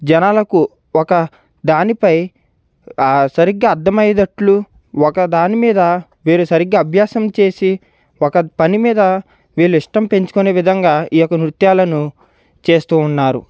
జనాలకు ఒక దానిపై సరిగ్గా అర్ధమయ్యేటట్లు ఒక దాని మీద వీరు సరిగ్గా అభ్యాసం చేసి ఒక పనిమీద వీళ్ళు ఇష్టం పెంచుకునే విధంగా ఈ యొక్క నృత్యాలను చేస్తూ ఉన్నారు